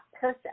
person